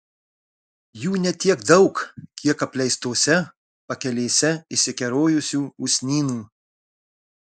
jų ne tiek daug kiek apleistose pakelėse išsikerojusių usnynų